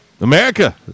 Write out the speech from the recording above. America